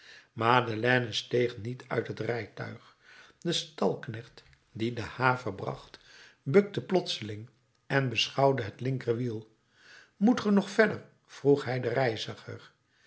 madeleine steeg niet uit het rijtuig de stalknecht die de haver bracht bukte plotseling en beschouwde het linker wiel moet ge nog verder vroeg hij den reiziger